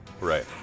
right